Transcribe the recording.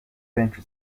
benshi